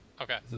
Okay